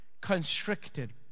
constricted